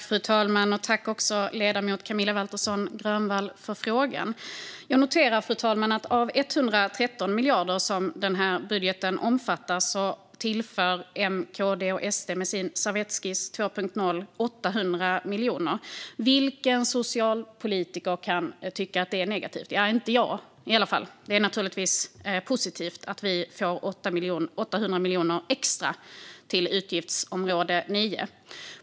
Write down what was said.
Fru talman! Tack, ledamoten Camilla Waltersson Grönvall, för frågan! Fru talman! Jag noterar att av de 113 miljarder som den här budgeten omfattar tillför M, KD och SD 800 miljoner med sin servettskiss 2.0. Vilken socialpolitiker kan tycka att det är negativt? I alla fall inte jag. Det är naturligtvis positivt att vi får 800 miljoner extra till utgiftsområde 9.